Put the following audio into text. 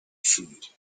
food